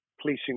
policing